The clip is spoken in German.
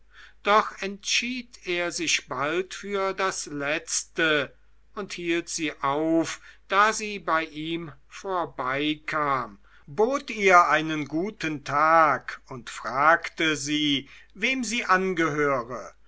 doch entschied er sich bald für das letzte und hielt sie auf da sie bei ihm vorbeikam bot ihr einen guten tag und fragte sie wem sie angehöre